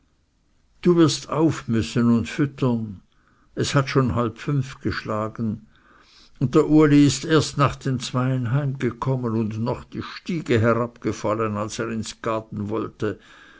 du wirst auf müssen und füttern es hat schon halb fünf geschlagen und der uli ist erst nach den zweien heimgekommen und noch die stiege herabgefallen als er ins gaden wollte